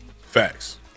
Facts